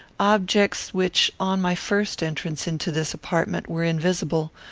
objects which, on my first entrance into this apartment, were invisible,